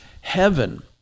heaven